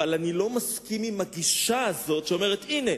אבל אני לא מסכים עם הגישה הזאת שאומרת: הנה,